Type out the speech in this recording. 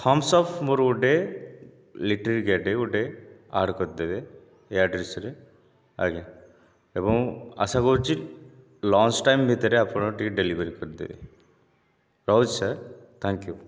Thums Up ମୋର ଗୋଟିଏ ଲିଟରିକିଆଟିଏ ଗୋଟିଏ ଆଡ୍ କରିଦେବେ ଏ ଆଡ୍ରେସ୍ରେ ଆଜ୍ଞା ଏବଂ ଆଶା କରୁଛି ଲଞ୍ଚ ଟାଇମ୍ ଭିତରେ ଆପଣ ଟିକିଏ ଡେଲିଭରି କରିଦେବେ ରହୁଛି ସାର୍ ଥ୍ୟାଙ୍କ ୟୁ